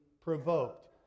provoked